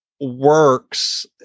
works